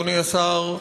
אדוני השר,